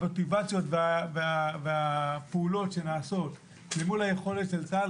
המוטיבציות והפעולות שנעשות למול היכולת של צה"ל,